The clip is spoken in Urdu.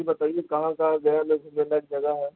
جی بتائیے کہاں کہاں گیا میں گھومنے لائق جگہ ہے